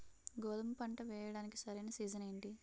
గోధుమపంట వేయడానికి సరైన సీజన్ ఏంటి?